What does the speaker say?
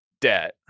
debt